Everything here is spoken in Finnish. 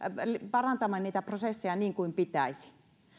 parantamaan niitä prosesseja niin kuin pitäisi